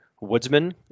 Woodsman